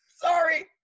Sorry